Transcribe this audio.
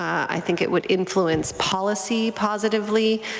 i think it would influence policy, positively.